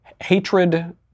Hatred